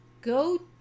go